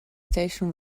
station